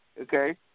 okay